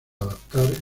adaptar